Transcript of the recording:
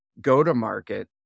go-to-market